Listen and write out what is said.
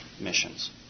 missions